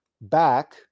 back